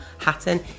Hatton